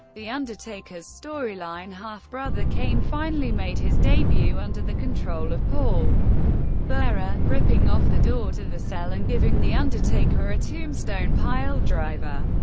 the undertaker's storyline half-brother kane finally made his debut under the control of paul bearer, ripping off the door to the cell and giving the undertaker a tombstone piledriver,